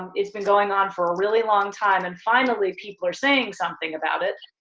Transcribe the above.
it's been going on for a really long time, and finally people are saying something about it,